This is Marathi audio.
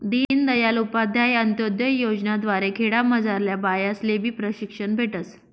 दीनदयाल उपाध्याय अंतोदय योजना द्वारे खेडामझारल्या बायास्लेबी प्रशिक्षण भेटस